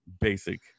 basic